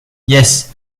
jes